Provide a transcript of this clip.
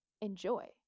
enjoy